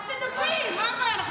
אז תדברי, מה הבעיה?